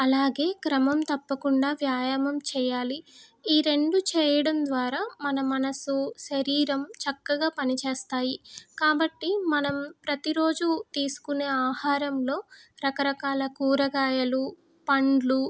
అలాగే క్రమం తప్పకుండా వ్యాయామం చేయాలి ఈ రెండు చేయడం ద్వారా మన మనసు శరీరం చక్కగా పనిచేస్తాయి కాబట్టి మనం ప్రతిరోజు తీసుకునే ఆహారంలో రకరకాల కూరగాయలు పండ్లు